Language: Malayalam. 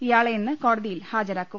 ഇയാളെ ഇന്ന് കോടതിയിൽ ഹാജ രാക്കും